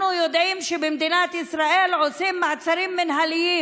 אנחנו יודעים שבמדינת ישראל עושים מעצרים מינהליים,